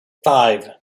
five